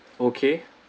okay